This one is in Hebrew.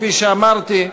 כפי שאמרתי,